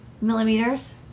millimeters